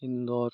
Indore